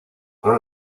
girl